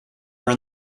were